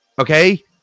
Okay